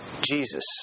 Jesus